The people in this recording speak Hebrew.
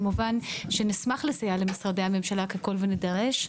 כמובן שנשמח לסייע למשרדי הממשלה, ככל ונדרש.